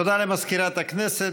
תודה למזכירת הכנסת.